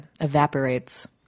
evaporates